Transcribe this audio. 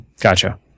Gotcha